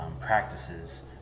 practices